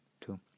two